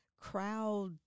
crowd